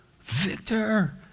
Victor